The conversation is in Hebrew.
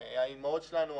האימהות שלנו,